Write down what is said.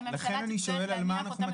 לכן אני שואל על מה אנחנו מצביעים,